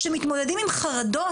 שמתמודדים עם חרדות,